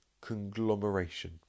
conglomeration